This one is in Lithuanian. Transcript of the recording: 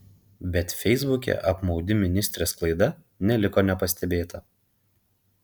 bet feisbuke apmaudi ministrės klaida neliko nepastebėta